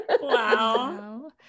Wow